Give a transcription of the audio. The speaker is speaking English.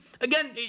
again